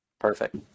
Perfect